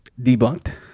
Debunked